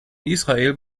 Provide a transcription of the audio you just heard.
israel